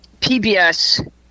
PBS